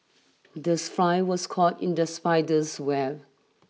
this fly was caught in the spider's web